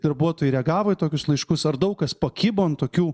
darbuotojai reagavo į tokius laiškus ar daug kas pakibo ant tokių